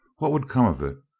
what would come of it?